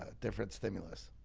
ah different stimulus.